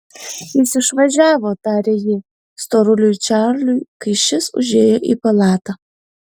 jis išvažiavo tarė ji storuliui čarliui kai šis užėjo į palatą